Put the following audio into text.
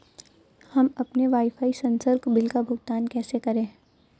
हम अपने वाईफाई संसर्ग बिल का भुगतान कैसे करें?